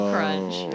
Crunch